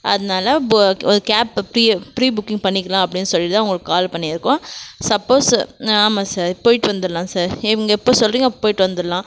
அதனால் இப்போது cab pre booking பண்ணிக்கலாம் அப்படின்னு சொல்லிட்டு தான் உங்களுக்கு கால் பண்ணியிருக்கோம் சப்போஸ் ஆமாம் சார் போய்விட்டு வந்துடலாம் சார் நீங்கள் எப்போது சொல்றீங்களோ அப்போது போய்விட்டு வந்துடலாம்